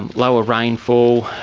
and lower rainfall,